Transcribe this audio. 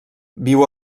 viu